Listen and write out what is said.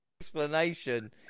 explanation